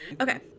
Okay